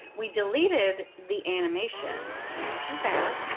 we deleted the animation which is bad,